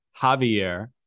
Javier